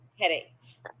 Headaches